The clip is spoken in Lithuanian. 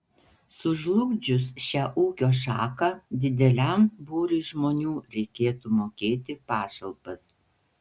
sužlugdžius šią ūkio šaką dideliam būriui žmonių reikėtų mokėti pašalpas